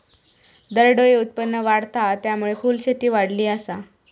दरडोई उत्पन्न वाढता हा, त्यामुळे फुलशेती वाढली आसा